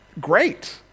great